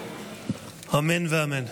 אמן ואמן.